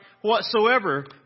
whatsoever